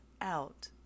out